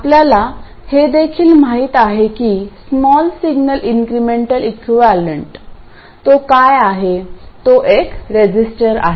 आपल्याला हे देखील माहित आहे की स्मॉल सिग्नल इंक्रीमेंटल इक्विवलेंट तो काय आहे तो एक रेझिस्टर आहे